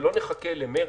ולא נחכה למרץ,